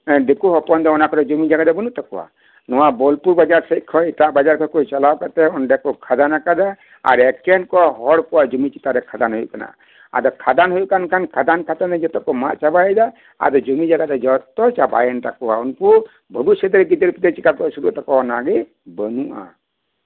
ᱫᱤᱠᱩ ᱦᱚᱯᱚᱱ ᱠᱚᱣᱟᱜ ᱡᱚᱢᱤ ᱡᱟᱭᱜᱟ ᱫᱚ ᱵᱟᱹᱱᱩᱜ ᱛᱟᱠᱚᱣᱟ ᱱᱚᱶᱟ ᱵᱳᱞᱯᱩᱨ ᱵᱟᱡᱟᱨ ᱥᱮᱫ ᱠᱷᱚᱱ ᱮᱴᱟᱜ ᱵᱟᱡᱟᱨ ᱛᱮᱠᱚ ᱪᱟᱞᱟᱣ ᱠᱟᱱᱛᱮ ᱚᱸᱰᱮ ᱠᱚ ᱠᱷᱟᱫᱟᱱ ᱟᱠᱟᱫᱟ ᱟᱨ ᱮᱠᱮᱱ ᱠᱚ ᱦᱚᱲ ᱠᱚᱣᱟᱜ ᱡᱚᱢᱤ ᱪᱮᱛᱟᱱᱨᱮ ᱠᱷᱟᱫᱟᱱ ᱦᱩᱭᱩᱜ ᱠᱟᱱᱟ ᱟᱫᱚ ᱠᱷᱟᱫᱟᱱ ᱦᱩᱭᱩᱜ ᱠᱟᱱ ᱠᱷᱟᱱ ᱦᱟᱥᱟ ᱠᱚᱢᱟ ᱡᱚᱛᱚ ᱠᱚ ᱢᱟᱫ ᱪᱟᱵᱟᱭ ᱮᱫᱟ ᱟᱫᱚ ᱡᱚᱢᱤ ᱡᱟᱭᱜᱟ ᱫᱳ ᱡᱚᱛᱚ ᱵᱪᱟᱵᱟᱭᱮᱱ ᱛᱟᱠᱚᱣᱟ ᱩᱱᱠᱩ ᱵᱷᱚᱵᱤᱥᱚᱥᱥᱚᱛ ᱨᱮ ᱜᱤᱫᱽᱨᱟᱹ ᱯᱤᱫᱽᱨᱟᱹ ᱞᱟᱹᱜᱤᱫ ᱪᱤᱠᱟ ᱛᱮᱠᱚ ᱟᱹᱥᱩᱞ ᱠᱚᱣᱟ ᱚᱱᱟ ᱞᱟᱹᱜᱤᱫ ᱦᱚᱸ ᱵᱟᱹᱱᱩᱜᱼᱟ